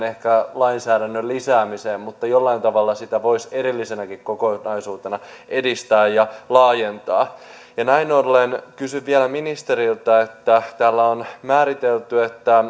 ehkä lainsäädännön lisäämiseen mutta jollain tavalla sitä voisi erillisenäkin kokonaisuutena edistää ja laajentaa näin ollen kysyn vielä ministeriltä kun täällä on määritelty